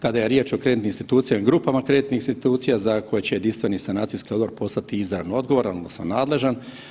Kada je riječ o kreditnim institucijama i grupama kreditnih institucija za koje će jedinstveni sanacijski odbor postati izravno odgovoran odnosno nadležan.